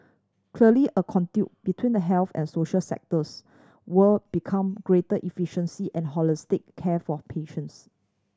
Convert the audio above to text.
clearly a conduit between the health and social sectors would become greater efficiency and holistic care for patients